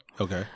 okay